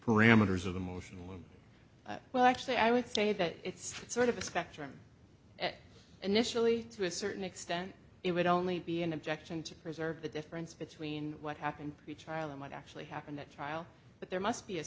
parameters of the motion well actually i would say that it's sort of a spectrum initially to a certain extent it would only be an objection to preserve the difference between what happened to charlie what actually happened the trial but there must be a